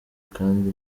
kandi